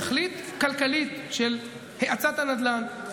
זאת בעיניי תכלית כלכלית של האצת הנדל"ן,